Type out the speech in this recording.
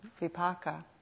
vipaka